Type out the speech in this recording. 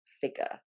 figure